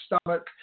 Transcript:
stomach